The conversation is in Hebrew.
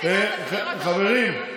חברים,